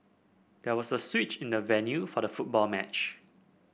there was a switch in the venue for the football match